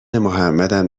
محمدم